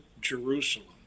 Jerusalem